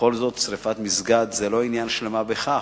בכל זאת, שרפת מסגד זה לא עניין של מה בכך.